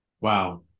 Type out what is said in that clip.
wow